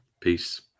Peace